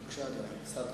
אדוני, 12 דקות.